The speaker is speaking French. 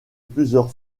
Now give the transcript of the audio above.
plusieurs